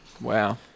Wow